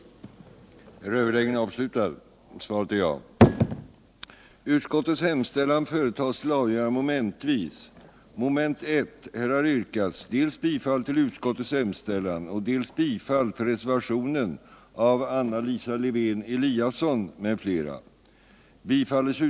den det ej vill röstar nej. den det ej vill röstar nej. den det ej vill röstar nej. den det ej vill röstar nej.